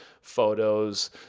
photos